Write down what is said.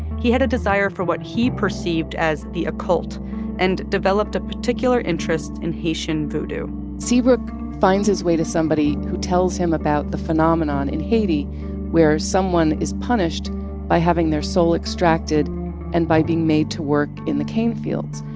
he had a desire for what he perceived as the occult and developed a particular interest in haitian voodoo seabrook finds his way to somebody who tells him about the phenomenon in haiti where someone is punished by having their soul extracted and by being made to work in the cane fields.